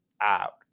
out